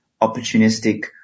opportunistic